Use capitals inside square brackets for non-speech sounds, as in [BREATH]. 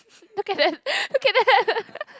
[NOISE] look at that [BREATH] look at that [LAUGHS]